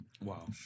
wow